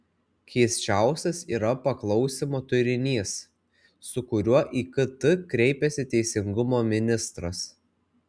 keisčiausias yra paklausimo turinys su kuriuo į kt kreipiasi teisingumo ministras